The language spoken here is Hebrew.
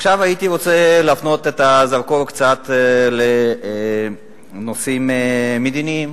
עכשיו הייתי רוצה להפנות את הזרקור קצת לנושאים מדיניים.